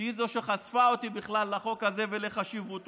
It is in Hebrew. והיא זו שחשפה בפניי בכלל את חוק הזה ואת חשיבותו,